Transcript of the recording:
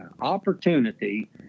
opportunity